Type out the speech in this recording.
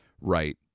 right